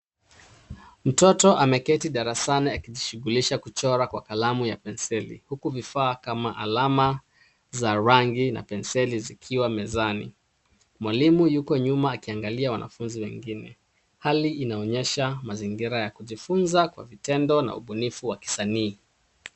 Mtoto ameketi darasani akijishughulisha kuchora kwa kalamu ya penseli huku vifaa kama alama za rangi na penseli zikiwa mezani, mwalimu yuko nyuma akiangalia wanafunzi wengine, hali inaonyesha mazingira ya kujifunza kwa vitendo na ubunifu wa kisanii.